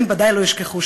הם ודאי לא ישכחו,